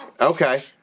Okay